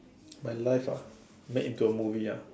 my life ah made into a movie ya